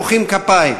מוחאים כפיים.